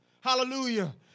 hallelujah